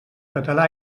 català